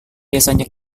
biasanya